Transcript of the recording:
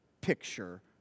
picture